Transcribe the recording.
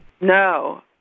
No